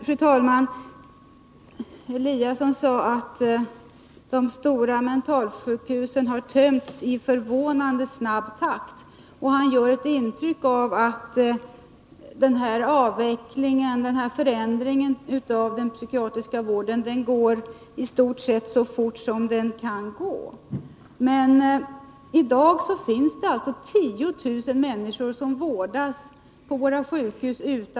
Fru talman! Ingemar Eliasson sade att de stora mentalsjukhusen har tömts i förvånansvärt snabb takt. Han ger ett intryck av att avvecklingen, förändringen av den psykiatriska vården, i stort sett går så fort som det är möjligt. Men i dag vårdas 10 000 människor på våra sjukhus.